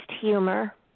humor